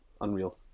Unreal